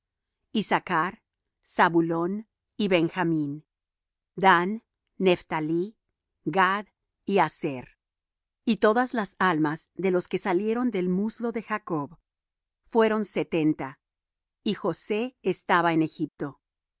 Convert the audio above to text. y judá issachr zabulón y benjamín dan y nephtalí gad y aser y todas las almas de los que salieron del muslo de jacob fueron setenta y josé estaba en egipto